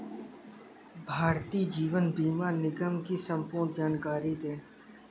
भारतीय जीवन बीमा निगम की संपूर्ण जानकारी दें?